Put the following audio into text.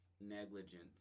negligence